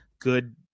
good